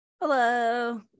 Hello